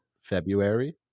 February